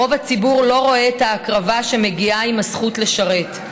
רוב הציבור לא רואה את ההקרבה שמגיעה עם הזכות לשרת.